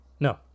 No